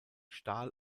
stahl